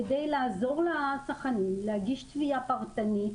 כדי לעזור לצרכנים להגיש תביעה פרטנית,